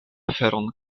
feron